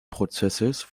prozesses